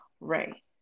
Ray